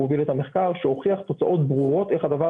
הוא הוביל את המחקר שהוכיח תוצאות ברורות איך הדבר